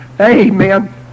amen